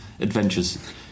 adventures